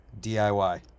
DIY